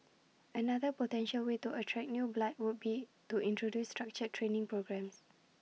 another potential way to attract new blood would be to introduce structured training programmes